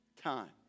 time